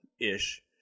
ish